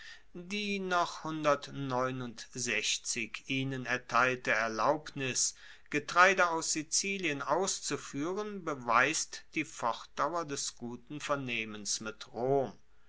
die noch ihnen erteilte erlaubnis getreide aus sizilien auszufuehren beweist die fortdauer des guten vernehmens mit rom